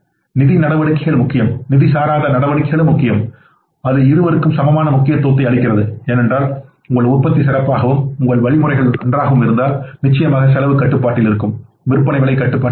நிதி நடவடிக்கைகள் முக்கியம் நிதி சாராத நடவடிக்கைகளும் முக்கியம் அது இருவருக்கும் சமமான முக்கியத்துவத்தை அளிக்கிறது ஏனென்றால் உங்கள் உற்பத்தி சிறப்பாகவும் உங்கள் வழிமுறையாகவும் இருந்தால் நிச்சயமாக செலவு கட்டுப்பாட்டில் இருக்கும் விற்பனை விலை கட்டுப்பாட்டில் இருக்கும்